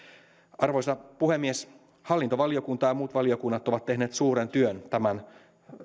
arvoisa puhemies hallintovaliokunta ja muut valiokunnat ovat tehneet suuren työn tämän